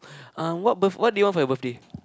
uh what birth what do you want for your birthday